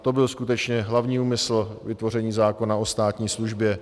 To byl skutečně hlavní úmysl vytvoření zákona o státní službě.